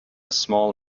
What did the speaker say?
small